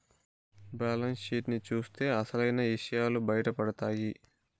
balance sheet ని చూత్తే అసలైన ఇసయాలు బయటపడతాయి